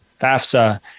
FAFSA